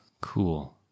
Cool